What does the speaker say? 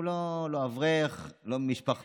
הוא לא אברך, ולא משפחתו.